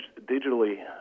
digitally